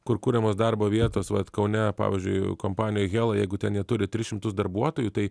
kur kuriamos darbo vietos vat kaune pavyzdžiui kompanija hela jeigu ten jie turi tris šimtus darbuotojų tai